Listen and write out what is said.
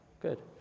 Good